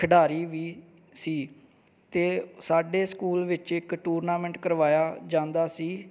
ਖਿਡਾਰੀ ਵੀ ਸੀ ਅਤੇ ਸਾਡੇ ਸਕੂਲ ਵਿੱਚ ਇੱਕ ਟੂਰਨਾਮੈਂਟ ਕਰਵਾਇਆ ਜਾਂਦਾ ਸੀ